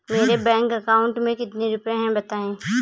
मेरे bank account में कितने रुपए हैं बताएँ?